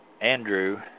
Andrew